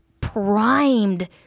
primed